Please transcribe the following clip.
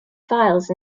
files